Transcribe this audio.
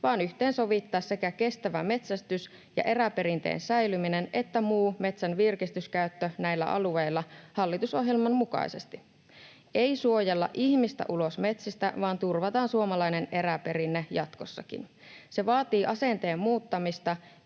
vaan yhteensovittaa sekä kestävä metsästys ja eräperinteen säilyminen että muu metsän virkistyskäyttö näillä alueilla hallitusohjelman mukaisesti. Ei suojella ihmistä ulos metsistä, vaan turvataan suomalainen eräperinne jatkossakin. Se vaatii asenteen muuttamista